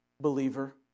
believer